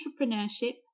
entrepreneurship